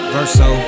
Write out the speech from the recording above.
Verso